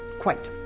quite.